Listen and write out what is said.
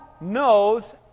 knows